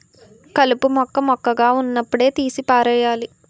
కలుపు మొక్క మొక్కగా వున్నప్పుడే తీసి పారెయ్యాలి